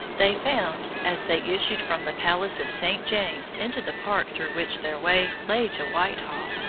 they found, as they issued from the palace of st. james into the park through which their way lay to whitehall,